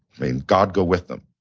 mean, god go with them.